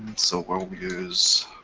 so we'll use